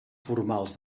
formals